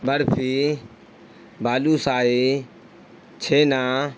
barfi balushahi چھینا